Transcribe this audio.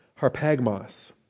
harpagmos